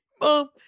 Mom